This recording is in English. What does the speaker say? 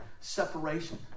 separation